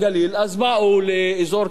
אז באו לאזור כרמיאל,